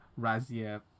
Razia